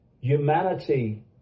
humanity